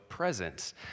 presence